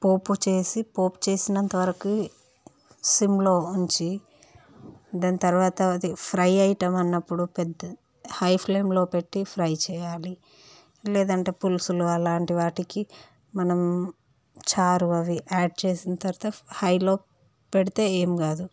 పోపు చేసి పోపు చేసినంత వరకు సిమ్లో ఉంచి దాని తర్వాత అది ఫ్రై ఐటెం అన్నపుడు పెద్ద హై ఫ్లేమ్లో పెట్టి ఫ్రై చేయాలి లేదంటే పులుసులు అలాంటి వాటికి మనం చారు అవి యాడ్ చేసిన తరువాత హైలో పెడితే ఏమి కాదు